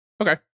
Okay